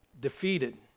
defeated